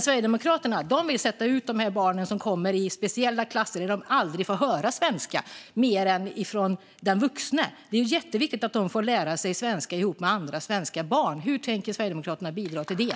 Sverigedemokraterna vill i stället sätta dessa barn i speciella klasser där de aldrig får höra svenska annat än från den vuxne, fastän det är jätteviktigt att de får lära sig svenska ihop med andra svenska barn. Hur tänker Sverigedemokraterna bidra till det?